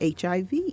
HIV